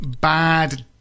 bad